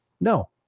No